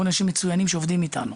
ועוד אנשים מצוינים שעובדים איתנו.